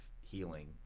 healing